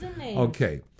Okay